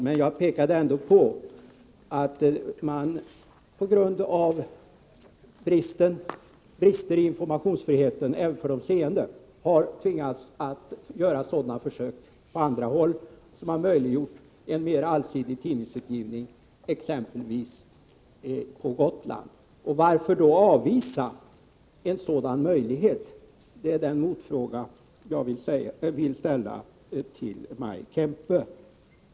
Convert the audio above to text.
Men jag pekade ändå på att man på grund av brister i informationsfriheten även för de seende har tvingats till sådana försök på andra håll, vilka möjliggjort en mer allsidig tidningsutgivning, exempelvis på Gotland. Varför då avvisa en sådan möjlighet? Det är den motfråga jag vill ställa till Maj Kempe.